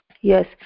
Yes